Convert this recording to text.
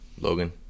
Logan